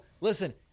listen—